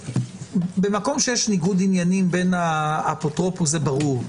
במקום שיש ניגוד עניינים בין האפוטרופוס זה ברור,